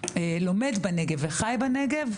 לומד בנגב וחי בנגב,